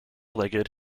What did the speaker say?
legged